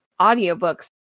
Audiobooks